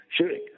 shooting